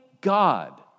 God